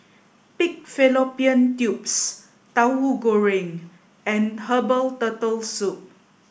pig fallopian tubes Tahu Goreng and Herbal Turtle Soup